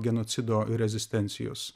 genocido ir rezistencijos